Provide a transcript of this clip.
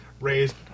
raised